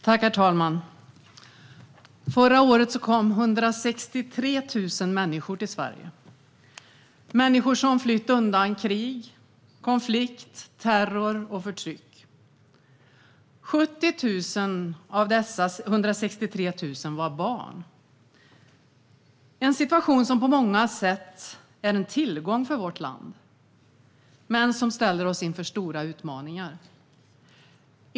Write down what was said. Herr talman! Förra året kom 163 000 människor till Sverige, människor som flytt undan krig, konflikt, terror och förtryck. 70 000 av dessa var barn, en situation som på många sätt är en tillgång för vårt land men som ställer oss inför stora utmaningar.